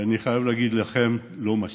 אני חייב להגיד לכם: לא מספיק.